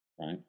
right